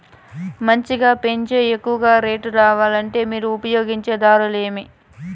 మంచిగా పెంచే ఎక్కువగా రేటు రావాలంటే మీరు ఉపయోగించే దారులు ఎమిమీ?